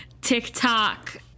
TikTok